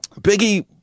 Biggie